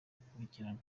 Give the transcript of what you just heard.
gukurikirana